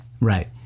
Right